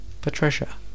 Patricia